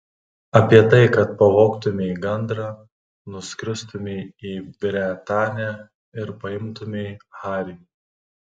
apie tai kad pavogtumei gandrą nuskristumei į bretanę ir paimtumei harį